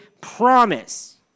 promise